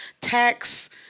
tax